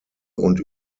und